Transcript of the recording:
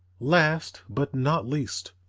last but not least